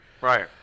Right